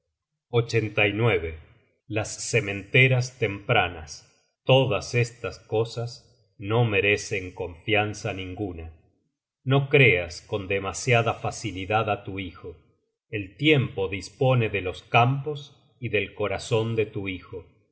search generated at las sementeras tempranas todas estas cosas no merecen confianza ninguna no creas con demasiada facilidad á tu hijo el tiempo dispone de los campos y del corazon de tu hijo